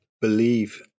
believe